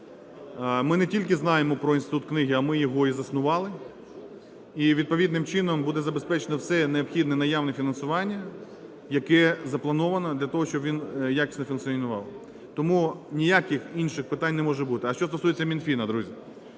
Ми не тільки знаємо про Інститут книги, а ми його і заснували. І відповідним чином буде забезпечене все необхідне наявне фінансування, яке заплановане для того, щоб він якісно функціонував. Тому ніяких інших питань не може бути. А що стосується Мінфіну, друзі.